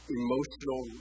emotional